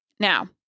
Now